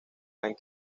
con